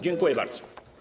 Dziękuję bardzo.